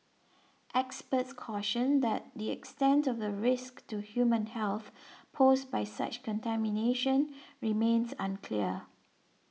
experts cautioned that the extent of the risk to human health posed by such contamination remains unclear